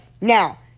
Now